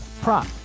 Prop